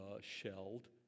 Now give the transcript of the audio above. shelled